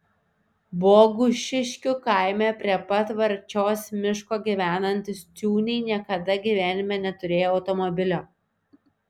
bogušiškių kaime prie pat varčios miško gyvenantys ciūniai niekada gyvenime neturėjo automobilio